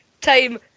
time